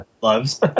loves